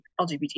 LGBT